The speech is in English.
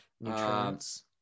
nutrients